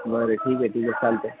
बरं ठीक आहे ठीक आहे चालतें